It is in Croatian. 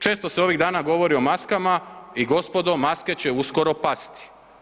Često se ovih dana govori o maskama i gospodo, maske će uskoro pasti.